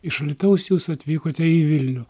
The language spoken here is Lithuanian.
iš alytaus jūs atvykote į vilnių